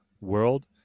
world